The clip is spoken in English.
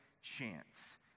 chance